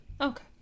Okay